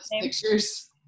pictures